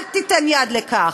אל תיתן יד לכך.